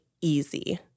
easy